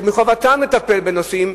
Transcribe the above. שמחובתם לטפל בנושאים,